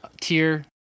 tier